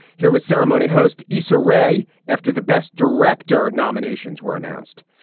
here was ceremony host isa rae after the best director. nominations were announced.